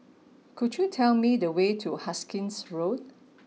could you tell me the way to Hastings Road